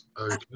Okay